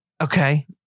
Okay